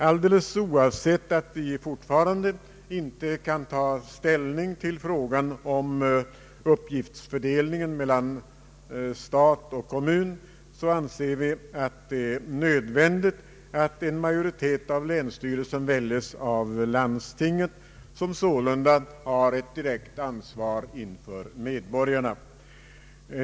Alldeles oavsett att vi ännu inte kan ta ställning till frågan om uppgiftsfördelningen mellan stat och kommun anser vi det nödvändigt att en majoritet av länsstyrelserna väljes av landstingen, vilka sålunda har ett direkt ansvar inför medborgarna.